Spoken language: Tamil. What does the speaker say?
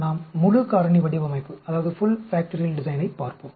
நாம் முழு காரணி வடிவமைப்பைப் பார்ப்போம்